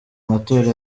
matora